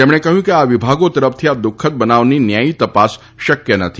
તેમણે કહ્યું કે આ વિભાગો તરફથી આ દુઃખદ બનાવની ન્યાયી તપાસ શક્ય નથી